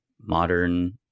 modern